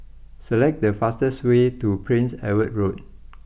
select the fastest way to Prince Edward Road